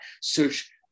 Search